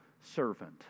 servant